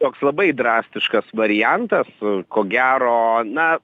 toks labai drastiškas variantas ko gero na